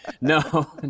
No